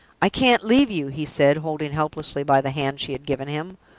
i can't leave you! he said, holding helplessly by the hand she had given him.